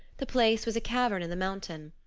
the place was a cavern in the mountain.